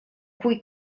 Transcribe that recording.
cui